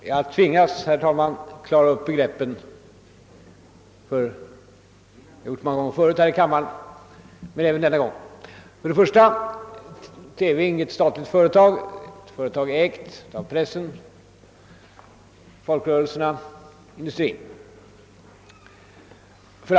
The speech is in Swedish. Herr talman! Jag tvingas att ännu en gång — jag har gjort detta många gånger förut här i kammaren — klara ut dessa begrepp. Först och främst är Sveriges Radio inget statligt företag; det är ett företag ägt av pressen, folkrörelserna och industrin.